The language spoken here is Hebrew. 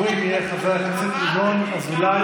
823. אחרון הדוברים יהיה חבר הכנסת ינון אזולאי,